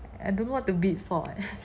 I don't know what to bid for eh